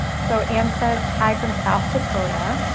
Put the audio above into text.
so, anne says hi from south dakota.